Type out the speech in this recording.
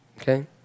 okay